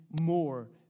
more